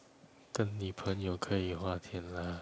跟女朋友可以花钱 lah